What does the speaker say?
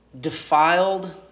Defiled